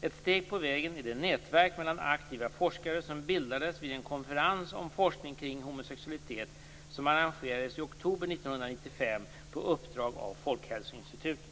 Ett steg på vägen är det nätverk mellan aktiva forskare som bildades vid en konferens om forskning kring homosexualitet som arrangerades i oktober 1995 på uppdrag av Folkhälsoinstitutet.